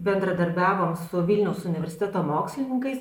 bendradarbiavom su vilniaus universiteto mokslininkais